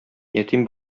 ятим